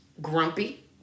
Grumpy